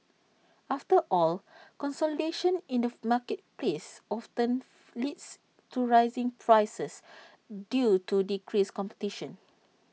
after all consolidation in the marketplace often leads to rising prices due to decreased competition